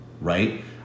right